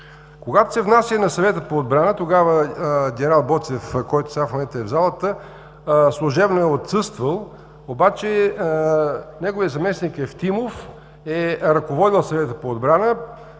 Когато се внася на Съвета по отбрана, тогава генерал Боцев, който сега в момента е в залата, служебно е отсъствал, но неговият заместник Евтимов е ръководел Съвета по отбрана,